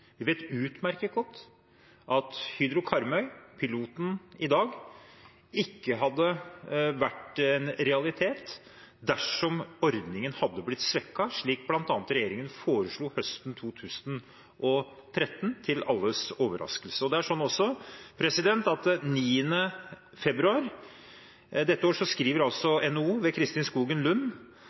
Vi vet utmerket godt at Hydro Karmøy-piloten i dag ikke hadde vært en realitet dersom ordningen hadde blitt svekket, slik bl.a. regjeringen foreslo høsten 2013 – til alles overraskelse. Det er også slik at den 9. februar i år skrev NHO ved Kristin Skogen Lund